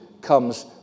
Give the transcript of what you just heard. comes